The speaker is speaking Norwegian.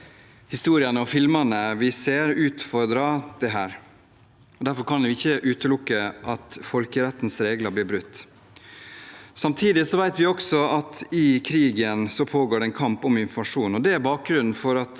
bildene, historiene og filmene vi ser, utfordrer dette. Derfor kan vi ikke utelukke at folkerettens regler blir brutt. Samtidig vet vi også at i krigen pågår det en kamp om informasjon.